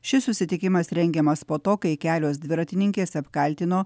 šis susitikimas rengiamas po to kai kelios dviratininkės apkaltino